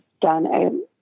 done